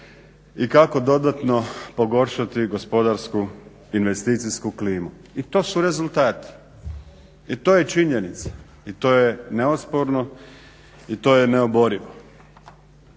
i kako dodatno pogoršati gospodarsku investicijsku klimu. I to su rezultati. I to je činjenica. I to je neosporno i to je neoborivo.